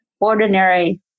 ordinary